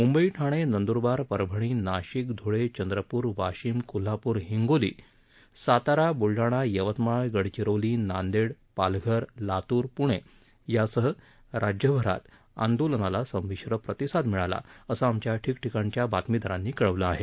मुंबई ठाणे नंदुरबार परभणी नाशिक धुळे चंद्रपूर वाशिम कोल्हापूर हिंगोली सातारा बुलडाणा यवतमाळ गडचिरोली नांदेड पालघर लातूर पूणे यासह राज्यभरात आंदोलनाला संमिश्र प्रतिसाद मिळाला असं आमच्या ठिकठिकाणच्या बातमीदारांनी कळवलं आहे